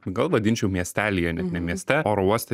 gal vadinčiau miestelyje net mieste oro uoste